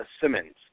Simmons